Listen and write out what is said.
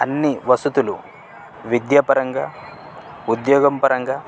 అన్ని వసతులు విద్యాపరంగా ఉద్యోగం పరంగా